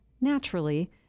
Naturally